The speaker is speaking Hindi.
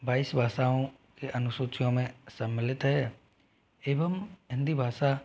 बाईस भाषाओं के अनुसूचियों में सम्मिलित है एवं हिंदी भाषा